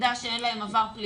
שנדע שאין להם עבר פלילי